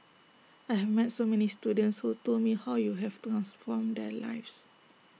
I have met so many students who told me how you have transformed their lives